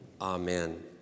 Amen